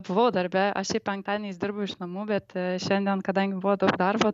buvau darbe aš šiaip penktadieniais dirbu iš namų bet šiandien kadangi buvo daug darbo